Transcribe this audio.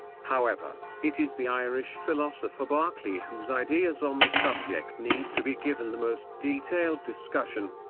however, it is the irish philosopher berkeley whose ideas on the subject need to be given the most detailed discussion.